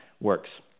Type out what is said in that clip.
works